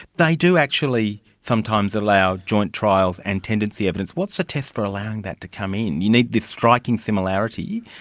they do actually sometimes allow joint trials and tendency evidence. what the so test for allowing that to come in? you need this striking similarity,